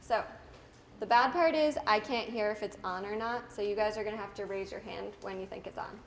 so the bad part is i can't hear if it's on or not so you guys are going to have to raise your hand when you think it's on